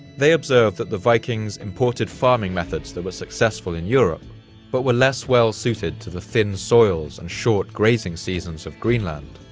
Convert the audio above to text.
they observed that the vikings imported farming methods that were successful in europe but were less well-suited to the thin soils and short grazing seasons of greenland.